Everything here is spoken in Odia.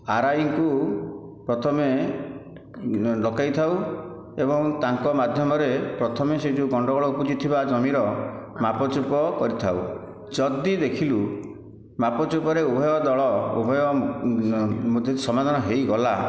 ଆରଆଇଙ୍କୁ ପ୍ରଥମେ ଡକେଇଥାଉ ଏବଂ ତାଙ୍କ ମାଧ୍ୟମରେ ପ୍ରଥମେ ସେ ଯେଉଁ ଗଣ୍ଡଗୋଳ ଉପୁଜିଥିବା ଜମିର ମାପଚୁପ କରିଥାଉ ଯଦି ଦେଖିଲୁ ମାପଚୁପରେ ଉଭୟ ଦଳ ଉଭୟ ଯଦି ସମାଧାନ ହୋଇଗଲା